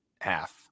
Half